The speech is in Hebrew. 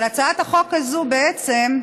אבל הצעת החוק הזאת, בעצם,